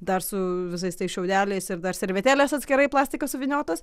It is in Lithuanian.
dar su visais tais šiaudeliais ir dar servetėlės atskirai plastikas suvyniotas